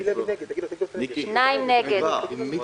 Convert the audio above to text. מי